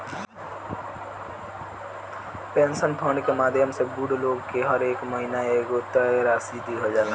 pension fund के माध्यम से बूढ़ लोग के हरेक महीना एगो तय राशि दीहल जाला